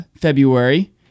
February